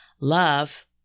love